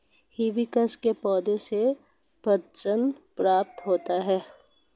hibiscus के पौधे से पटसन प्राप्त होता है